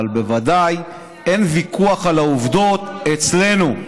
אבל בוודאי אין ויכוח על העובדות אצלנו.